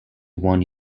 one